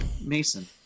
Mason